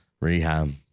Rehab